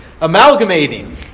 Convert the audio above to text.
Amalgamating